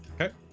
Okay